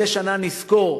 מדי שנה נזכור